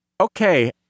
Okay